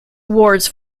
awards